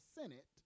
Senate